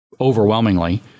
overwhelmingly